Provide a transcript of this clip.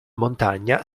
montagna